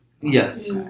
Yes